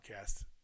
podcast